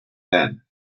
then